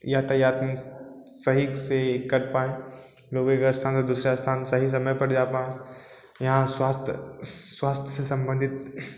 यातायात में सही से कर पाएँ लोग एक स्थान से दूसरे स्थान सही समय पर जा पाएं यहाँ स्वास्थ्य स्वास्थ्य से संबंधित